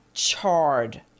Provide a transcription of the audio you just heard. Charred